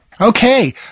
Okay